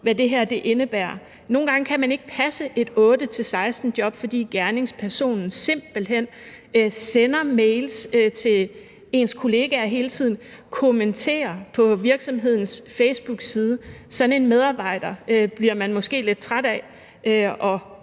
Nogle gange kan man ikke passe et 8-16-job, fordi gerningspersonen simpelt hen sender mails til ens kollegaer hele tiden og kommenterer på virksomhedens facebookside. Sådan en medarbejder bliver man måske lidt træt af,